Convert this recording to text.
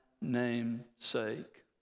namesake